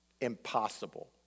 impossible